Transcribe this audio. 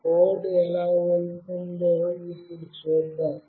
code ఎలా వెళ్తుందో ఇప్పుడు చూద్దాం